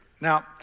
Now